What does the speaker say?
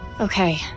Okay